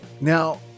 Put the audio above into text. Now